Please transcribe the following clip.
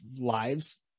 lives